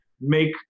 make